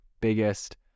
biggest